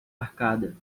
arcada